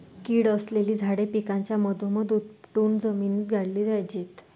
कीड असलेली झाडे पिकाच्या मधोमध उपटून जमिनीत गाडली पाहिजेत